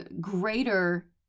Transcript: greater